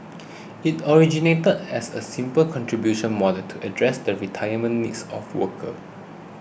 it originated as a simple contributions model to address the retirement needs of workers